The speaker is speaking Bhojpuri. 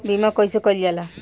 बीमा कइसे कइल जाला?